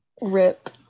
rip